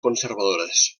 conservadores